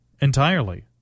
entirely